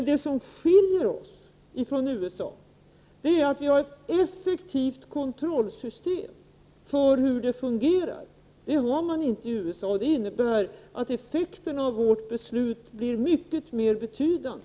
Det som skiljer oss från USA är att vi har ett effektivt kontrollsystem för hur reningen fungerar. Det har man inte i USA, och det innebär att effekterna av vårt beslut är mycket mer betydande.